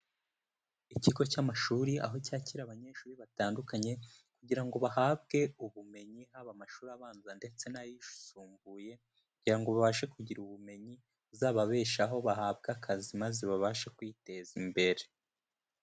Ikigo cy'amashuri aho cyakira abanyeshuri batandukanye kugira ngo bahabwe ubumenyi haba amashuri abanza ndetse n'ayisumbuye kugira ngo babashe kugira ubumenyi buzababeshaho bahabwa akazi maze babashe kwiyiteza imbere.